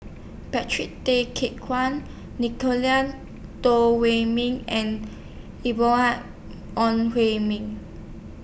Patrick Tay Guan Nicolette Teo Wei Min and Ong Hui Min